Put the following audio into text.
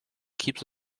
keeps